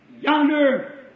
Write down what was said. Yonder